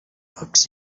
books